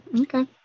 okay